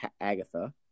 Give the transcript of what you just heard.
Agatha